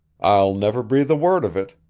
i'll never breathe a word of it,